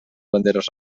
banderes